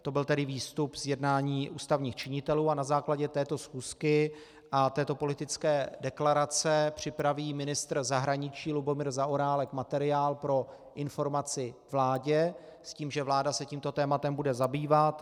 To byl tedy výstup z jednání ústavních činitelů a na základě této schůzky a této politické deklarace připraví ministr zahraničí Lubomír Zaorálek materiál pro informaci vládě s tím, že vláda se tímto tématem bude zabývat.